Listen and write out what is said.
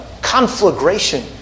conflagration